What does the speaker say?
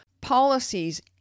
policies